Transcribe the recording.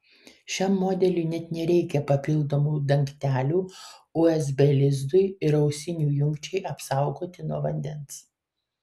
šiam modeliui net nereikia papildomų dangtelių usb lizdui ir ausinių jungčiai apsaugoti nuo vandens